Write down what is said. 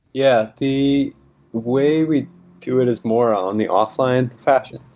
yeah. the way we do it is more on the off-line facet.